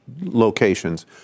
locations